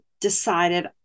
decided